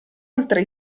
oltre